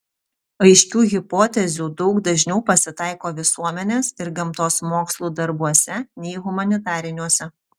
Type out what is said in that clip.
aiškių hipotezių daug dažniau pasitaiko visuomenės ir gamtos mokslų darbuose nei humanitariniuose